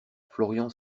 florian